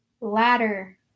Ladder